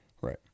Right